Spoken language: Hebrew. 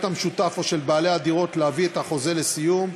המשותף או של בעלי הדירות להביא את החוזה לסיום,